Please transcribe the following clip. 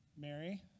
Mary